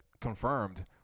confirmed